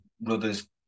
brother's